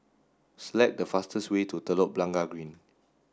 select the fastest way to Telok Blangah Green